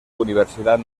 universidad